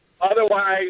Otherwise